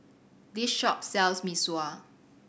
this shop sells Mee Sua